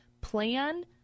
plan